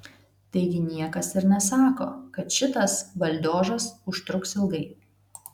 taigi niekas ir nesako kad šitas baldiožas užtruks ilgai